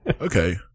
okay